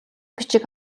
бичиг